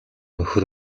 нөхөр